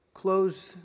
close